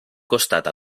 costat